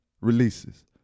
releases